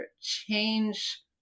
change